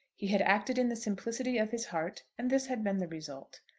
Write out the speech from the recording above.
he had acted in the simplicity of his heart, and this had been the result.